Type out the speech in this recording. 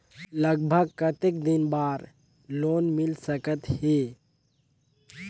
लगभग कतेक दिन बार लोन मिल सकत हे?